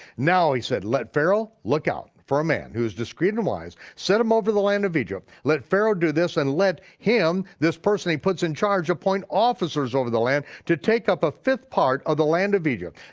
now, he said, let pharaoh look out for a man who's discreet and wise, set him over the land of egypt, let pharaoh do this and let him, this person he puts in charge, appoint officers over the land to take up a fifth part of the land of egypt.